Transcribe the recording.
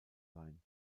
sein